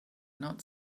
not